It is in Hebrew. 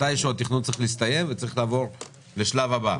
מתישהו התכנון צריך להסתיים וצריך לעבור לשלב הבא,